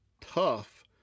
tough